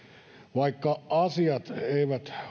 vaikka asiat eivät